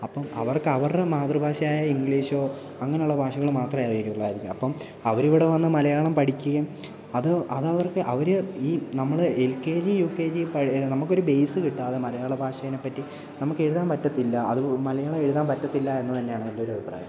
അപ്പോള് അവർക്ക് അവരുടെ മാതൃഭാഷയായ ഇംഗ്ലീഷോ അങ്ങനുള്ള ഭാഷകള് മാത്രമേ അറിയത്തുള്ളായിരിക്കാം അപ്പോള് അവരിവിടെ വന്ന് മലയാളം പഠിക്കുകയും അത് അവർക്ക് അവര് ഈ നമ്മള് L K G U K G പഴയ നമുക്കൊരു ബേസ് കിട്ടാതെ മലയാള ഭാഷേനെപ്പറ്റി നമുക്ക് എഴുതാൻ പറ്റത്തില്ല അത് മലയാളം എഴുതാൻ പറ്റത്തില്ല എന്നതു തന്നെയാണ് എൻ്റെ ഒരു അഭിപ്രായം